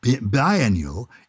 biennial